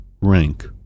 rank